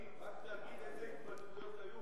שתדע איזה התבטאויות היו.